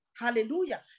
hallelujah